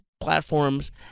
platforms